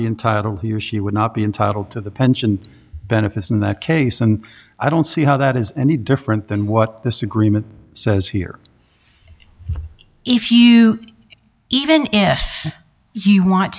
be entitled he or she would not be entitled to the pension benefits in that case and i don't see how that is any different than what this agreement says here if you even if he want